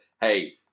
hey